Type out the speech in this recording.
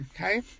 Okay